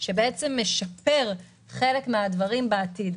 שמשפר חלק מן הדברים בעתיד.